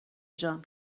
جان